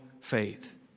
faith